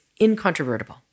incontrovertible